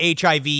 HIV